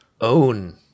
own